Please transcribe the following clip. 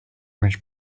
image